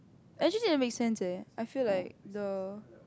actually never make sense leh I feel like the